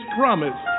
promise